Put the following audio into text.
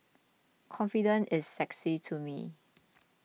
confidence is sexy to me